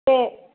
சரி